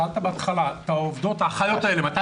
שאלת בהתחלה: על פי התוכנית שלכם מתי